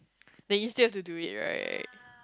then you still have to do it right